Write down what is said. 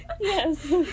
Yes